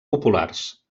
populars